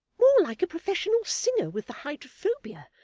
more like a professional singer with the hydrophobia,